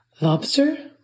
lobster